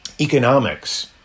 economics